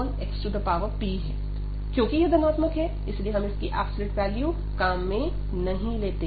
xpक्योंकि यह धनात्मक है इसलिए हम इसकी ऐब्सोल्युट वैल्यू काम में नहीं लेते हैं